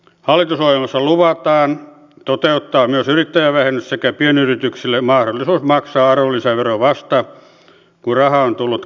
hallitusohjelmassa luvataan toteuttaa myös yrittäjävähennys sekä pienyrityksille mahdollisuus maksaa arvonlisävero vasta kun raha on tullut kassaan